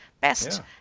Best